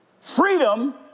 Freedom